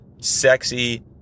sexy